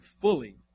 fully